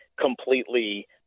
completely